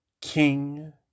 King